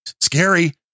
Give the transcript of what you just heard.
scary